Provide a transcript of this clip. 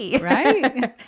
Right